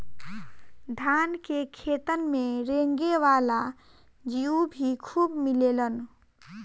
धान के खेतन में रेंगे वाला जीउ भी खूब मिलेलन